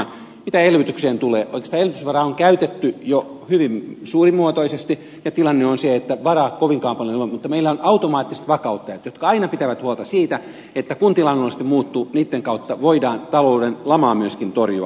mitä elvytyksiin tulee oikeastaan elvytysvaraa on käytetty jo hyvin suurimuotoisesti ja tilanne on se että varaa kovinkaan paljon ei ole mutta meillä on automaattiset vakauttajat jotka aina pitävät huolta siitä että kun tilanne luonnollisesti muuttuu niitten kautta voidaan talouden lamaa myöskin torjua